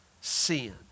sin